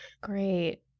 Great